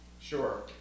Sure